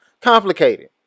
Complicated